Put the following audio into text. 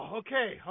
okay